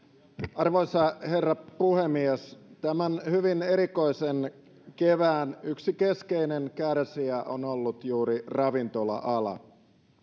arvoisa herra puhemies tämän hyvin erikoisen kevään yksi keskeinen kärsijä on ollut juuri ravintola ala